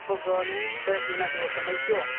લગભગ છો એક મહિના જેવો સમય થયો